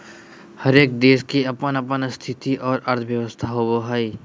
हरेक देश के अपन अपन स्थिति और अर्थव्यवस्था होवो हय